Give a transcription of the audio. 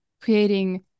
creating